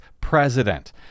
president